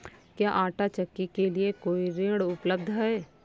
क्या आंटा चक्की के लिए कोई ऋण उपलब्ध है?